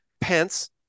Pence